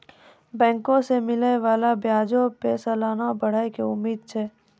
बैंको से मिलै बाला ब्याजो पे सलाना बढ़ै के उम्मीद छै